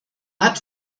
hat